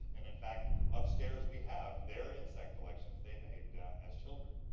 and in fact, upstairs, we have their insect collections they made as children.